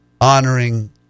honoring